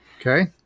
Okay